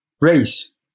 race